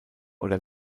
oder